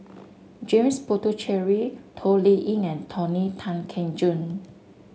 James Puthucheary Toh Liying and Tony Tan Keng Joo